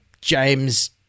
James